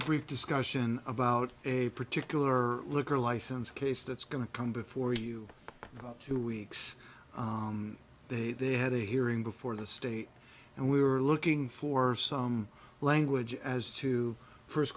a brief discussion about a particular liquor license case that's going to come before you about two weeks they say they had a hearing before the state and we were looking for some language as to first